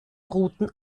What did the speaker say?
routen